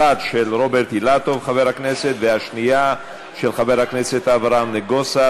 אחת של חבר הכנסת רוברט אילטוב והשנייה של חבר הכנסת אברהם נגוסה.